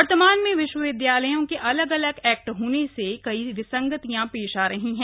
वर्तमान में विश्वविदयालयों के अलगअलग एक्ट हाज्रे से कई विसंगतियां पेश आ रही हैं